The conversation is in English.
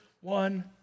one